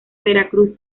veracruz